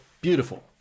beautiful